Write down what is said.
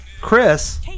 Chris